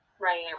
Right